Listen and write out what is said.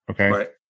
okay